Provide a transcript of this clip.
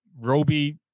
Roby